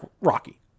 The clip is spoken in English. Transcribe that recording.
Rocky